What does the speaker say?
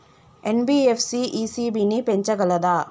NBFC ECB ని పెంచగలదా?